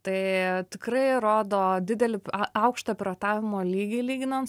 tai tikrai rodo didelį aukštą piratavimo lygį lyginant